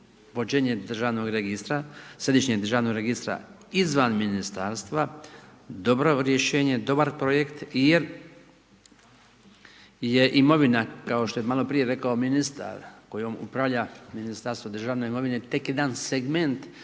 vođenje državnog registra, Središnjeg državnog registra, izvan Ministarstva, dobro rješenje, dobar projekt jer je imovina, kao što je maloprije rekao ministar, kojom upravlja Ministarstvo državne imovine tek jedan segment